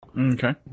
Okay